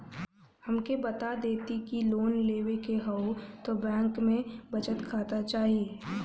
हमके बता देती की लोन लेवे के हव त बैंक में बचत खाता चाही?